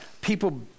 people